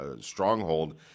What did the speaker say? stronghold